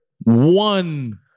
one